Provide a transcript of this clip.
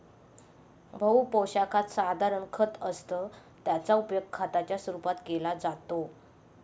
बहु पोशाखात साधारण खत असतं याचा उपयोग खताच्या रूपात केला जातो